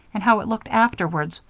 and how it looked afterwards,